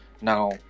Now